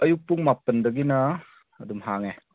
ꯑꯌꯨꯛ ꯄꯨꯡ ꯃꯥꯄꯜꯗꯒꯤꯅ ꯑꯗꯨꯝ ꯍꯥꯡꯉꯦ